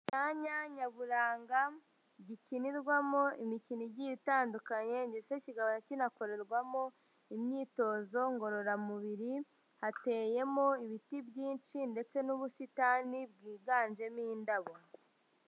Icyanya nyaburanga gikinirwamo imikino igiye itandukanye ndetse kigahora kinakorerwamo imyitozo ngororamubiri, hateyemo ibiti byinshi ndetse n'ubusitani bwiganjemo indabo.